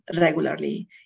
regularly